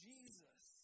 Jesus